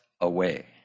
away